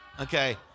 okay